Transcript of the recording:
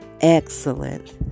excellent